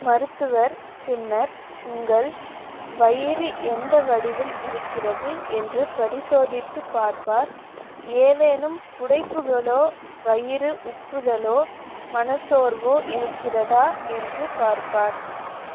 மருத்துவர் பின்னர் உங்கள் வயிறு எந்த வடிவில் இருக்கிறது என்று பரிசோதித்துப் பார்ப்பார் ஏதேனும் புடைப்புகளோ வயிறு உப்புதலோ மனச்சோர்வோ இருக்கிறதா என்று பார்ப்பார்